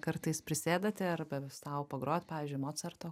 kartais prisėdate arba sau pagrot pavyzdžiui mocarto